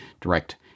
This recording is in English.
direct